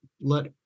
let